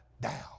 down